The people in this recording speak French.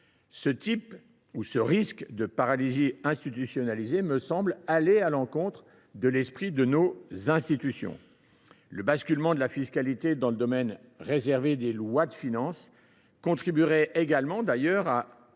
modalités. Ce risque de paralysie institutionnalisée me semble aller à l’encontre de l’esprit de nos institutions. Le basculement de la fiscalité dans le domaine réservé des lois de finances contribuerait également à amoindrir